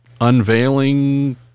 unveiling